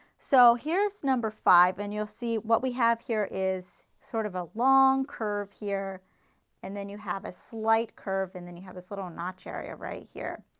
so here is number five and you will see what we have here is sort of a long curve here and then you have a slight curve and then you have this little notch area right here.